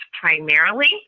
primarily